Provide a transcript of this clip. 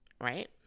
right